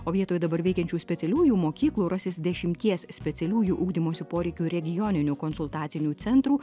o vietoj dabar veikiančių specialiųjų mokyklų rasis dešimties specialiųjų ugdymosi poreikių regioninių konsultacinių centrų